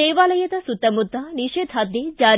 ದೇವಾಲಯದ ಸುತ್ತಮುತ್ತ ನಿಷೇಧಾಜ್ಞೆ ಜಾರಿ